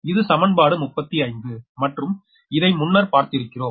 இது சமன்பாடு 35 மற்றும் இதை முன்னர் பார்த்திருக்கிறோம்